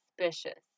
suspicious